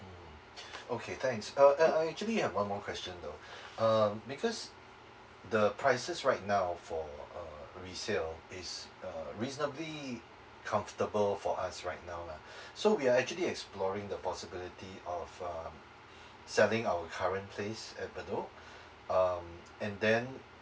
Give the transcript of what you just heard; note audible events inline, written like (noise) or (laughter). mm (breath) okay thanks uh and I actually have one more question though (breath) um because the prices right now for uh resale is uh reasonably comfortable for us right now lah (breath) so we are actually exploring the possibility of um selling our current place at bedok (breath) um and then